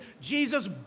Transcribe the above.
Jesus